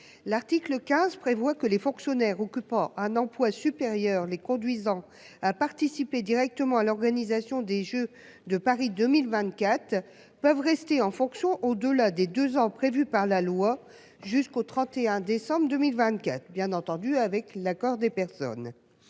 L'article 15 prévoit que les fonctionnaires occupant un emploi supérieur les conduisant à participer directement à l'organisation des Jeux de Paris 2024. Peuvent rester en fonction au delà des 2 ans prévus par la loi. Jusqu'au 31 décembre 2024. Bien entendu, avec l'accord des personnes.